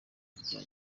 bya